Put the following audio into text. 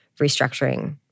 restructuring